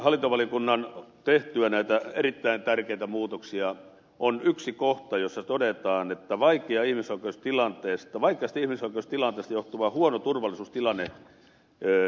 hallintovaliokunnan tehtyä näitä erittäin tärkeitä muutoksia on yksi kohta jossa todetaan että vaikein osalta tilanteesta vaikka tiivis vaikeasta ihmisoikeustilanteesta johtuvan huonon turvallisuustilanteen